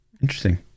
interesting